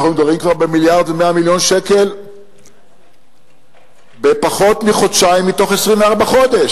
ואנחנו מדברים על 1.1 מיליארד שקל בפחות מחודשיים מתוך 24 חודש.